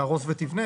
תהרוס ותבנה?